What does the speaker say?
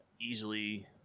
easily